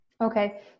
Okay